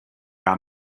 gar